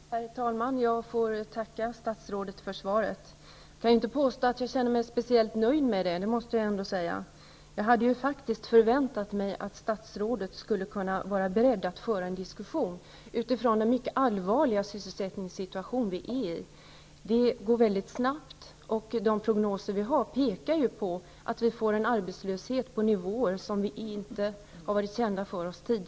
Herr talman! Jag får tacka statsrådet för svaret. Jag kan inte påstå att jag känner mig speciellt nöjd med det -- det måste jag ändå säga. Jag hade faktiskt förväntat mig att statsrådet skulle vara beredd att föra en diskussion utifrån den mycket allvarliga sysselsättningssituation som vi nu befinner oss i. Allt går väldigt snabbt och de prognoser som vi har pekar ju på att vi kommar att få en arbetslöshet på nivåer som inte tidigare varit kända för oss.